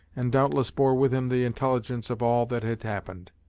and doubtless bore with him the intelligence of all that had happened.